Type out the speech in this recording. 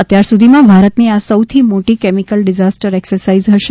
અત્યાર સુધીમાં ભારતની આ સૌથી મોટી કેમિકલ ડિઝાસ્ટર એક્સરસાઇઝ હશે